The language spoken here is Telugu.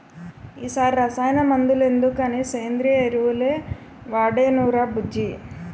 ఈ సారి రసాయన మందులెందుకని సేంద్రియ ఎరువులే వాడేనురా బుజ్జీ